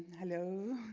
hello,